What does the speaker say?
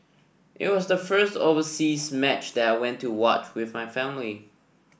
it was the first overseas match there I went to watch with my family